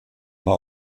war